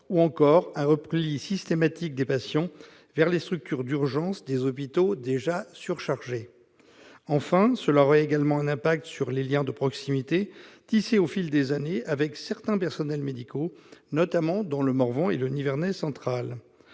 ou encore un repli systématique des patients vers les structures d'urgence des hôpitaux déjà surchargées. Cette décision aurait également un impact sur les liens de proximité tissés au fil des années avec certains personnels médicaux, notamment dans le Morvan et le Nivernais central.